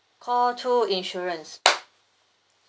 call two insurance